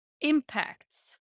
impacts